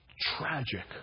tragic